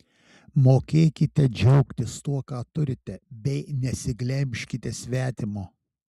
mokėkite džiaugtis tuo ką turite bei nesiglemžkite svetimo